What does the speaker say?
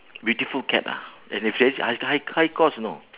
beautiful cat lah and it's very high high high cost you know